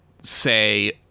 say